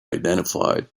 identified